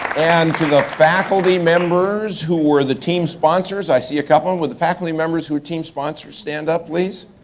and to the faculty members who were the team sponsors. i see a couple. will the faculty members, who are team sponsors, stand up please?